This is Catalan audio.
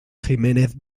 giménez